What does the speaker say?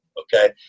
Okay